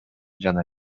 жана